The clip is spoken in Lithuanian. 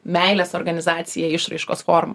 meilės organizacijai išraiškos forma